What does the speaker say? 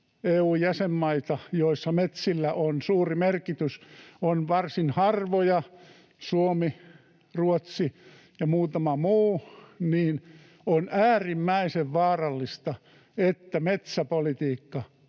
EU-jäsenmaita, joissa metsillä on suuri merkitys, on varsin harvoja — Suomi, Ruotsi ja muutama muu — niin on äärimmäisen vaarallista, että metsäpolitiikka